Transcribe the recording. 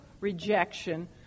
rejection